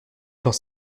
dans